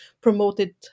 promoted